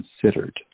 considered